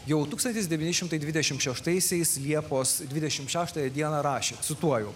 jau tūkstantis devyni šimtai dvidešimt šeštaisiais liepos dvidešimt šeštą dieną rašė cituoju